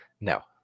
No